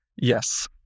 Yes